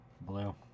Blue